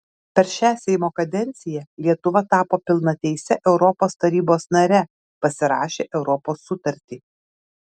per šią seimo kadenciją lietuva tapo pilnateise europos tarybos nare pasirašė europos sutartį